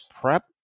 prep